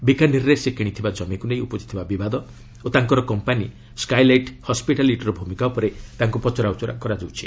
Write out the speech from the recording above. ବିକାନିର୍ରେ ସେ କିଣିଥିବା ଜମିକୁ ନେଇ ଉପୁଜିଥିବା ବିବାଦ ଓ ତାଙ୍କର କମ୍ପାନୀ ସ୍କାଏଲାଇଟ୍ ହସ୍ପିଟାଲିଟିର ଭୂମିକା ଉପରେ ତାଙ୍କୁ ପଚରାଉଚରା କରାଯାଉଛି